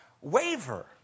waver